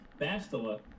Bastila